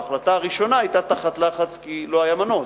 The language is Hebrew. ההחלטה הראשונה היתה תחת לחץ, כי לא היה מנוס.